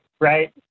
right